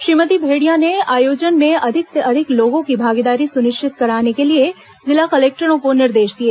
श्रीमती भेड़िया ने आयोजन में अधिक से अधिक लोगों की भागीदारी सुनिश्चित कराने के लिए जिला कलेक्टरों को निर्देश दिए